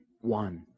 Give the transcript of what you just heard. One